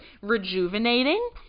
rejuvenating